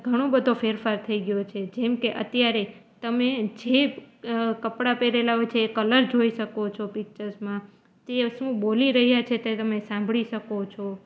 ઘણો બધો ફેરફાર થઈ ગયો છે જેમ કે અત્યારે તમે જે કપડા પહેરેલા હોય છે એ કલર જોઈ શકો છો પિક્ચર્સમાં તે શું બોલી રહ્યા છે તે તમે સાંભળી શકો છો